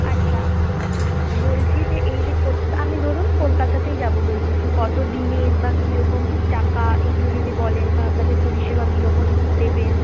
আচ্ছা বলছি যে এই যে কল আপনি ধরুন কলকাতাতেই যাবো বলছি তো কতো দিনের বা কীরকম কী টাকা এগুলো যদি বলেন বা আপনাদের পরিষেবা কীরকম দেবেন